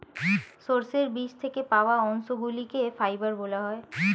সর্ষের বীজ থেকে পাওয়া অংশগুলিকে ফাইবার বলা হয়